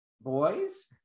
boys